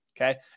okay